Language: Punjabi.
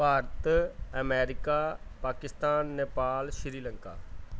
ਭਾਰਤ ਅਮੈਰੀਕਾ ਪਾਕਿਸਤਾਨ ਨੇਪਾਲ ਸ਼੍ਰੀਲੰਕਾ